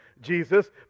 jesus